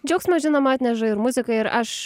džiaugsmą žinoma atneža ir muzika ir aš